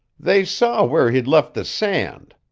they saw where he'd left the sand.